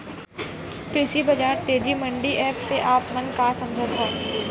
कृषि बजार तेजी मंडी एप्प से आप मन का समझथव?